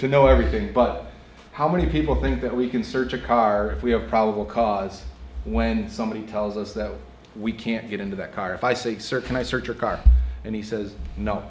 to know everything but how many people think that we can search a car if we have probable cause when somebody tells us that we can't get into that car if i say sir can i search your car and he says no